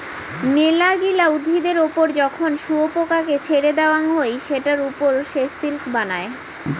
মেলাগিলা উদ্ভিদের ওপর যখন শুয়োপোকাকে ছেড়ে দেওয়াঙ হই সেটার ওপর সে সিল্ক বানায়